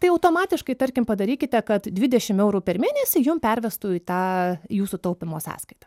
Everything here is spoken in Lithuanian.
tai automatiškai tarkim padarykite kad dvidešim eurų per mėnesį jums pervestų į tą jūsų taupymo sąskaitą